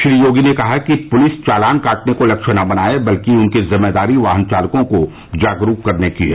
श्री योगी ने कहा कि प्रलिस चालान काटने को लक्ष्य न बनाए बल्कि उनकी जिम्मेदारी वाहन चालकों को जागरूक करने की है